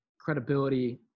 credibility